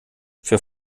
für